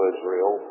Israel